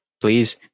please